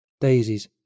daisies